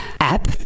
app